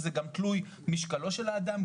זה גם תלוי משקלו של האדם,